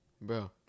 Bro